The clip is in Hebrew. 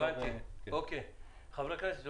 חברי הכנסת,